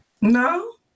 No